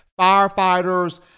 Firefighters